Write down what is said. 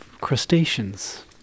crustaceans